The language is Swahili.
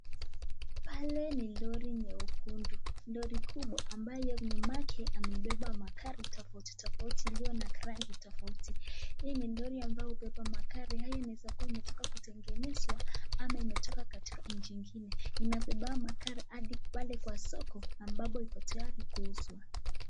Pale ni Lori nyukundu Lori kubwa ambaye anapepa magari tafauti tafauti iliyo na rangi tafauti tafauti , hii ni Lori ambaye upepa magari inaweza kuwa inatoka kutengenesewa ama inatoka inatoka kutoka nchi ingine , imapepa haya magari hadi pale kwa soko ambapo Iko tayari kuuzwa.